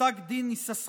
פסק דין יששכרוב.